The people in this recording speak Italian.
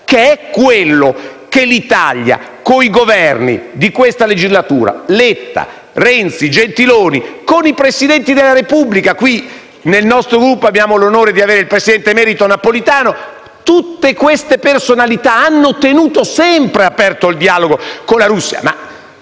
che è quello che l'Italia, con i Governi di questa legislatura (Letta, Renzi e Gentiloni Silveri), con i Presidenti della Repubblica (qui nel nostro Gruppo abbiamo l'onore di avere il presidente emerito Napolitano), con tutte queste personalità, ha tenuto sempre aperto. Colleghi, questo